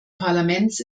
parlaments